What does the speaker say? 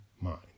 mind